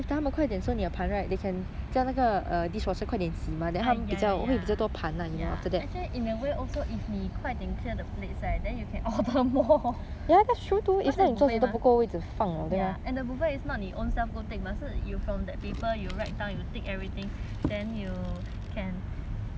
ah ya ya ya ya actually in a way also if 你快点 clear the plates right then you can order more cause it's buffet mah ya and the buffet it's not you own self go take mah 是 you from that paper you write you tick everything then you can they will serve you whatever you write on the